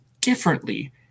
differently